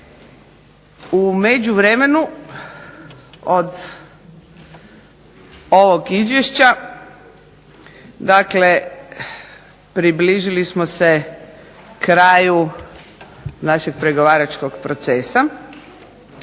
U međuvremenu od ovog Izvješća dakle, približili smo se kraju našeg pregovaračkog procesa